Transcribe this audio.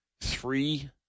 three